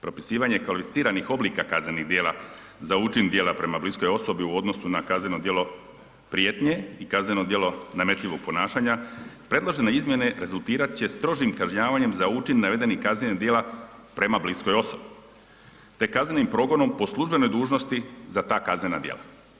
Propisivanje kvalificiranih oblika kaznenih djela za učin djela prema bliskoj osobi u odnosu na kazneno djelo prijetnje i kazneno djelo nametljivog ponašanja, predložene izmjene rezultirat će strožnim kažnjavanjem za učin navedenih kaznenih djela prema bliskoj osobi te kaznenim progonom po službenoj dužnosti za ta kaznena djela.